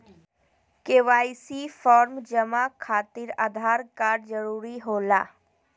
KYC form जमा खातिर Aadhaar card जरूरी होला?